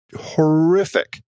Horrific